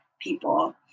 people